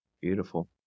beautiful